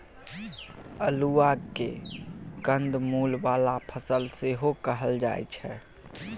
अल्हुआ केँ कंद मुल बला फसल सेहो कहल जाइ छै